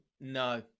no